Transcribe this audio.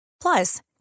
Plus